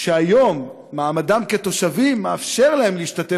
שהיום מעמדם כתושבים מאפשר להם להשתתף